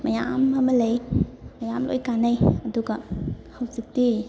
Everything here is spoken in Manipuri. ꯃꯌꯥꯝ ꯑꯃ ꯂꯩ ꯃꯌꯥꯝ ꯂꯣꯏ ꯀꯥꯟꯅꯩ ꯑꯗꯨꯒ ꯍꯧꯖꯤꯛꯇꯤ